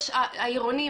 העירונים,